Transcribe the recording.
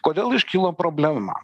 kodėl iškilo problema